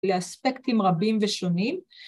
לאספקטים רבים ושונים.